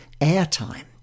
airtime